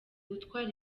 gutwara